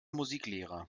musiklehrer